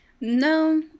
No